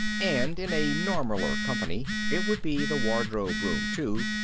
and in a normaller company it would be the wardrobe room, too,